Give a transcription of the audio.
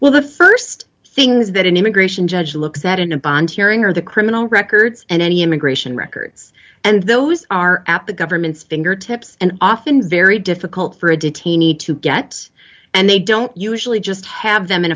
well the st things that an immigration judge looks that in a bond hearing are the criminal records and any immigration records and those are at the government's fingertips and often very difficult for a detainee to get and they don't usually just have them in